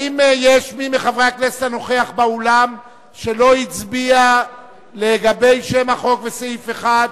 האם יש מי מחברי הכנסת הנוכח באולם ולא הצביע על שם החוק וסעיף 1?